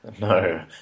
No